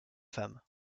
femme